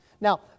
now